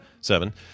seven